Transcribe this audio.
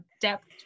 depth